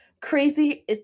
crazy